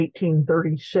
1836